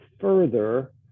further